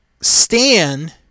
Stan